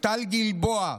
טל גלבוע,